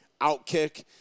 OutKick